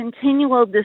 continual